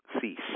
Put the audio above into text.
cease